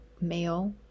male